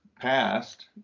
passed